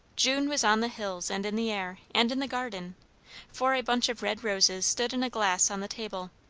june was on the hills and in the air, and in the garden for a bunch of red roses stood in a glass on the table,